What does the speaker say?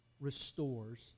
restores